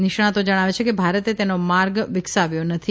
નિષ્ણાંતો જણાવે છે કે ભારતે તેનો માર્ગ વિકસાવ્યો નથી